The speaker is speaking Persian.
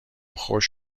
خشک